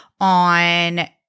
on